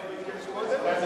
יושב-ראש הוועדה לא ביקש קודם?